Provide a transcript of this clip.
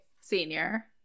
senior